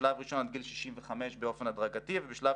בשלב ראשון עד גיל 65 באופן הדרגתי ובשלב